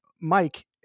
Mike